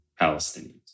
Palestinians